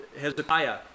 Hezekiah